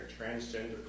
transgender